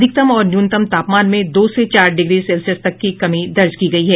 अधिकतम और न्यूनतम तापमान में दो से चार डिग्री सेल्सियस तक की कमी दर्ज की गयी है